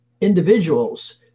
individuals